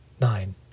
Nine